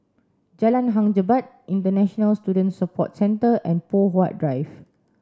Jalan Hang Jebat International Student Support Centre and Poh Huat Drive